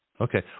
Okay